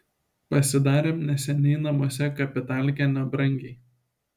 pasidarėm neseniai namuose kapitalkę nebrangiai